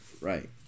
Right